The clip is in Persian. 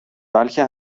بلکه